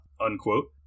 unquote